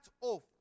off